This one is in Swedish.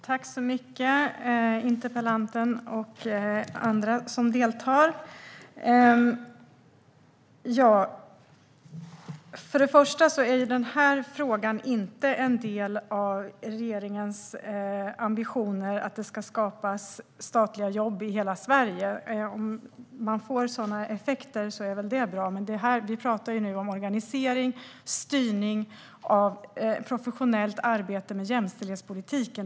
Herr talman, interpellanten och den andra deltagaren i debatten! Först och främst är denna fråga inte en del av regeringens ambitioner att skapa statliga jobb i hela Sverige. Om man får sådana effekter är det väl bra, men vi talar nu om organisering och styrning av professionellt arbete med jämställdhetspolitiken.